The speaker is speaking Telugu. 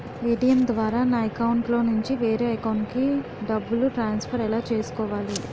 ఏ.టీ.ఎం ద్వారా నా అకౌంట్లోనుంచి వేరే అకౌంట్ కి డబ్బులు ట్రాన్సఫర్ ఎలా చేసుకోవాలి?